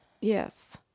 Yes